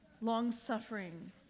long-suffering